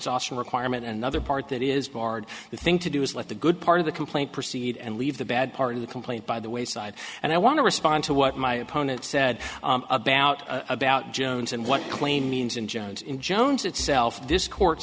exhaustion requirement another part that is barred the thing to do is let the good part of the complaint proceed and leave the bad part of the complaint by the wayside and i want to respond to what my opponent said about about jones and what claim means in jones in jones itself this court